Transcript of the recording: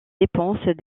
dépenses